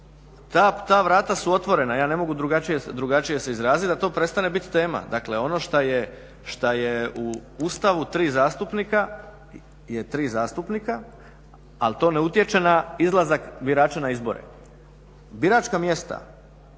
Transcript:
ta vrata su otvorena, ja ne mogu drugačije se izraziti da to prestane biti tema. Dakle ono što je u Ustavu je tri zastupnika, ali to ne utječe na izlazak birača na izbore. Biračka mjesta